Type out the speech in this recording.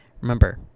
Remember